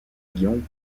guillaume